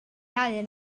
iau